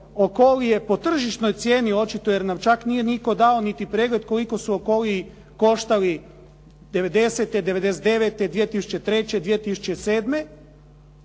Okolije po tržišnoj cijeni očito jer nam čak nije nitko dao niti pregled koliko su Okoliji koštali '90., '99. i 2003., 2007.,